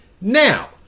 now